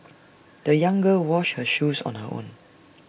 the young girl washed her shoes on her own